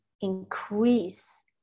increase